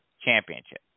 championship